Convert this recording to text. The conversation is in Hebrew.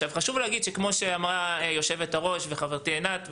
כמו שאמרה יושבת-הראש וחברתי עינת,